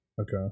Okay